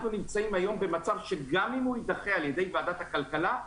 נמצאים היום במצב שגם אם הוא יידחה על ידי ועדת הכלכלה,